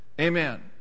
Amen